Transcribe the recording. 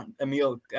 Emil